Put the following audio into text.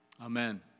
Amen